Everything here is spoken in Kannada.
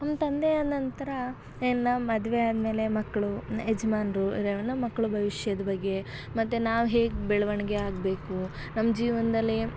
ನಮ್ಮ ತಂದೆಯ ನಂತರ ಇನ್ನು ನಾವು ಮದುವೆ ಆದಮೇಲೆ ಮಕ್ಕಳು ಯಜಮಾನ್ರು ಇದ್ದಾರಲ್ಲ ಮಕ್ಳ ಭವಿಷ್ಯದ ಬಗ್ಗೆ ಮತ್ತು ನಾವು ಹೇಗೆ ಬೆಳವಣಿಗೆ ಆಗಬೇಕು ನಮ್ಮ ಜೀವನದಲ್ಲಿ